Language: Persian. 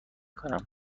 کنم